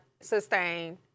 sustain